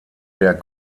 der